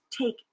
take